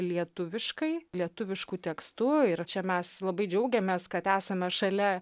lietuviškai lietuvišku tekstu ir čia mes labai džiaugiamės kad esame šalia